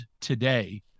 today